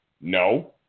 No